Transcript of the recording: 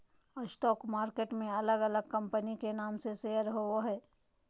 stock market में अलग अलग कंपनी के नाम से शेयर होबो हइ